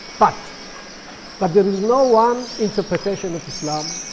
but but there is no one interpretation of islam.